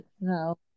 no